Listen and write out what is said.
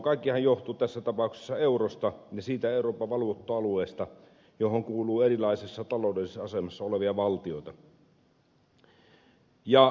kaikkihan johtuu tässä tapauksessa eurosta ja siitä euroopan valuutta alueesta johon kuuluu erilaisessa taloudellisessa asemassa olevia valtioita